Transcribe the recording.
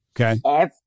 Okay